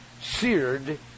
seared